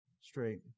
straight